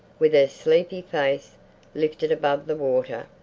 with her sleepy face lifted above the water,